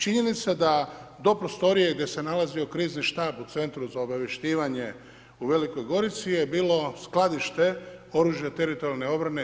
Činjenica da do prostorije gdje se nalazio Krizni štab u Centru za obaviješćivanje u Velikoj Gorici je bilo skladište oružja Teritorijalne obrane.